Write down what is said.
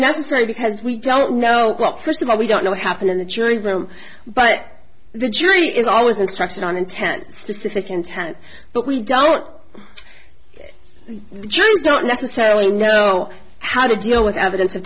necessary because we don't know what first of all we don't know what happened in the jury room but the jury is always instructed on intent specific intent but we don't just don't necessarily know how to deal with evidence